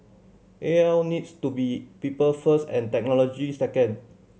A L needs to be people first and technology second